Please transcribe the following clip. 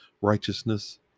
righteousness